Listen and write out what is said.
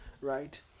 right